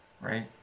right